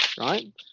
right